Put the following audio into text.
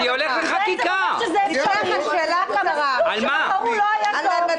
זה אפשרי אבל המסלול שבחרו לא היה טוב.